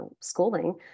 schooling